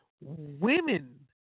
Women